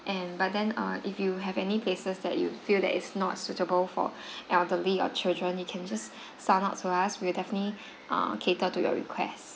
and but then uh if you have any places that you feel that is not suitable for elderly or children you can just sound out to us we'll definitely err cater to your request